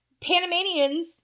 Panamanians